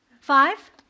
five